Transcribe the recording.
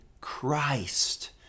Christ